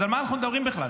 אז על מה אנחנו מדברים בכלל?